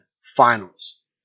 finals